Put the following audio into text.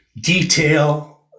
detail